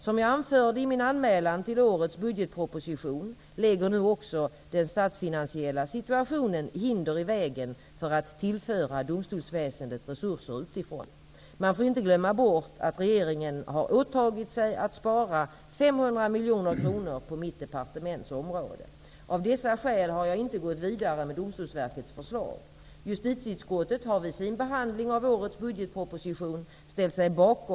Som jag anförde i min anmälan till årets budgetproposition lägger nu också den statsfinansiella situationen hinder i vägen för att tillföra domstolsväsendet resurser utifrån. Man får inte glömma bort att regeringen har åtagit sig att spara 500 miljoner kronor på mitt departements område. Av dessa skäl har jag inte gått vidare med Domstolsverkets förslag.